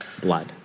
blood